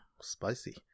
spicy